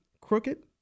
crooked